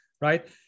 right